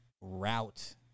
route